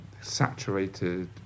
Saturated